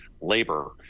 labor